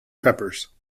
peppers